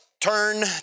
turn